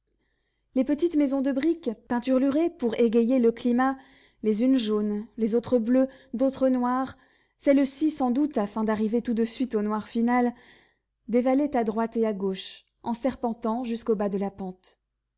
les petites maisons de briques peinturlurées pour égayer le climat les unes jaunes les autres bleues d'autres noires celles-ci sans doute afin d'arriver tout de suite au noir final dévalaient à droite et à gauche en serpentant jusqu'au bas de la pente